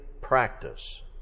practice